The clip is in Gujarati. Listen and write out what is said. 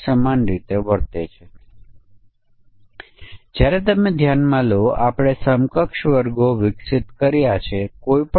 અમાન્ય અલબત્ત 0 દિવસથી ઓછા અથવા નકારાત્મક મૂલ્ય હશે કોઈક તે મૂલ્ય દાખલ કરે છે તો સોફ્ટવેર શું કરશે